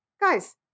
guys